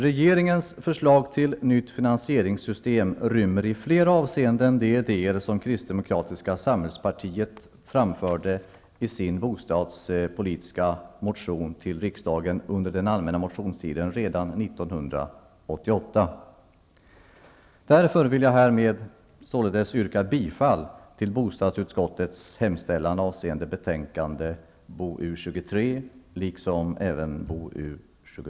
Regeringens förslag till nytt finansieringssystem rymmer i flera avseenden de idéer som Kristdemokratiska samhällspartiet framförde i sin bostadspolitiska motion till riksdagen under den allmänna motionstiden redan år 1988. Fru talman! Med detta yrkar jag bifall till bostadsutskottets hemställan i betänkandena